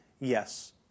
Yes